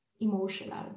emotional